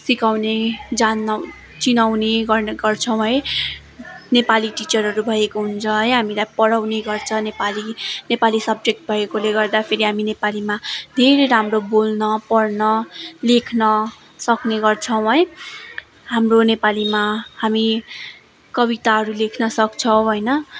सिकाउने जान्न चिनाउने गर्ने गर्छौँ है नेपाली टिचरहरू भएको हुन्छ है हामीलाई पढाउने गर्छ नेपाली नेपाली सब्जेक्ट भएकोले गर्दाफेरि हामी नेपालीमा धेरै राम्रो बोल्न पढ्न लेख्न सक्ने गर्छौँ है हाम्रो नेपालीमा हामी कविताहरू लेख्न सक्छौँ होइन